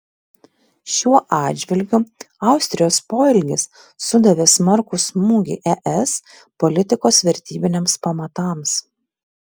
šiuo atžvilgiu austrijos poelgis sudavė smarkų smūgį es politikos vertybiniams pamatams